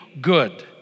good